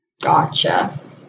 Gotcha